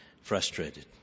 frustrated